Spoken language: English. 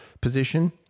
position